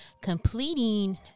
completing